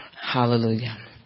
Hallelujah